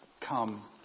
come